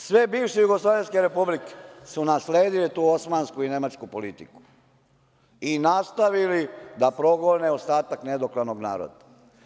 Sve bivše jugoslovenske republike su nasledile tu osmansku i nemačku politiku i nastavili da progone ostatak nedoklanog naroda.